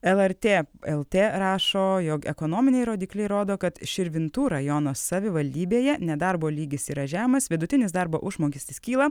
lrt lt rašo jog ekonominiai rodikliai rodo kad širvintų rajono savivaldybėje nedarbo lygis yra žemas vidutinis darbo užmokestis kyla